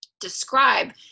describe